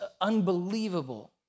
unbelievable